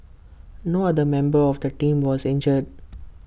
no other member of the team was injured